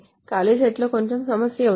ఖాళీ సెట్లో కొంచెం సమస్య ఉంది